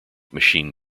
machine